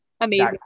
amazing